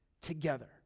together